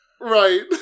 right